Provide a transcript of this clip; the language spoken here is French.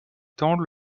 temps